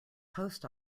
post